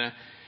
på